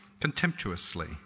contemptuously